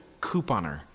couponer